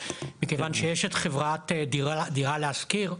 מכיוון שיש את חברה דירה להשכיר,